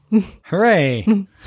Hooray